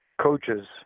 coaches